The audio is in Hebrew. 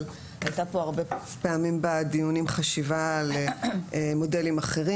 אבל הייתה פה הרבה פעמים בדיון חשיבה על מודלים אחרים.